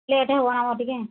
late ହେବ ନା ଆମର ଟିକେ